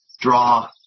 draw